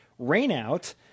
rainout